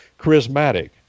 charismatic